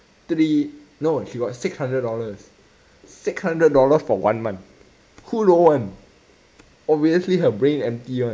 three no she got six hundred dollars six hundred dollars for one month who don't want obviously her brain empty [one]